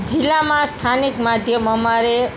જિલ્લામાં સ્થાનિક માધ્યમ અમારે